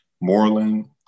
Moreland